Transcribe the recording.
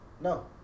No